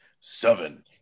seven